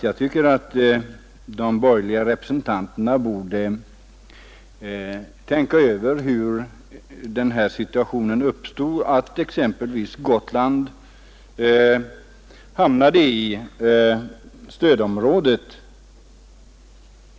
Jag tycker att de borgerliga representanterna borde tänka över hur den här situationen uppstod, hur Gotland hamnade i stödområdet.